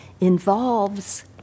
involves